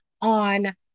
on